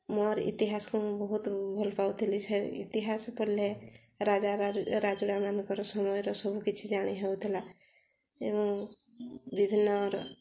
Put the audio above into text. ମୋର ଇତିହାସକୁ ମୁଁ ବହୁତ ଭଲପାଉଥିଲି ସେ ଇତିହାସ ପଢ଼ିଲେ ରାଜା ରାଜୁଡାମାନଙ୍କର ସମୟର ସବୁ କିଛି ଜାଣିହେଉଥିଲା ଏବଂ ବିଭିନ୍ନ